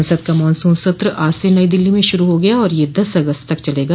संसद का मॉनसून सत्र आज से नई दिल्ली में शुरू हो गया और यह दस अगस्त तक चलेगा